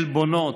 עלבונות,